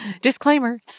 Disclaimer